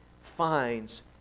finds